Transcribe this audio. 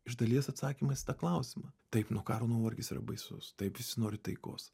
iš dalies atsakymas tą klausimą taip nuo karo nuovargis yra baisus taip visi nori taikos